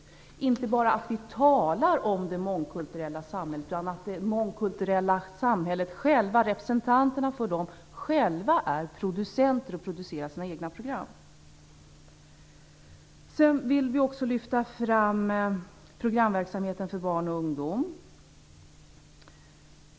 Vi skall inte bara tala om det mångkulturella samhället, utan representanterna för detta mångkulturella samhälle skall själva vara producenter och producera sina egna program. Vi vill också lyfta fram programverksamheten för barn och ungdom.